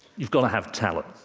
you've got to have talent,